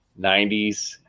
90s